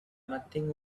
nothing